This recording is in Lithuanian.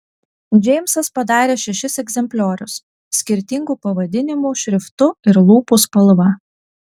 džeimsas padarė šešis egzempliorius skirtingu pavadinimų šriftu ir lūpų spalva